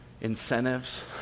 incentives